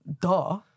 Duh